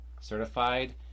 certified